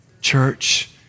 Church